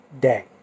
day